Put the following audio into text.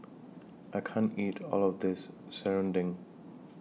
I can't eat All of This Serunding